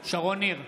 שרון ניר,